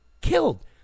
killed